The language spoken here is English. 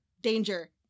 danger